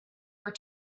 her